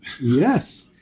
Yes